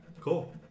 cool